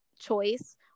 choice